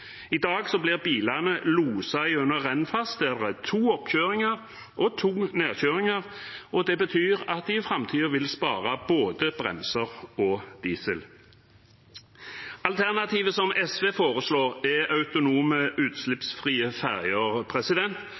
I dag blir bilene loset gjennom Rennfast. Det er to oppkjøringer og to nedkjøringer. Det betyr at de i framtiden vil spare både bremser og diesel. Alternativet SV foreslår, er autonome, utslippsfrie ferjer.